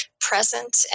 present